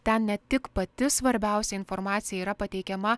ten ne tik pati svarbiausia informacija yra pateikiama